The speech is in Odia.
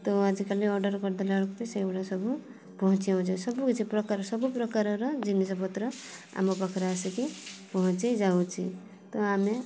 ତ ଆଜିକାଲି ଅର୍ଡ଼ର୍ କରିଦେଲାବେଳକୁ ସେଗୁଡ଼ା ସବୁ ପହଞ୍ଚି ଯାଉଛି ସବୁକିଛି ପ୍ରକାର ସବୁ ପ୍ରକାରର ଜିନିଷ ପତ୍ର ଆମ ପାଖରେ ଆସିକି ପହଞ୍ଚି ଯାଉଛି ତ ଆମେ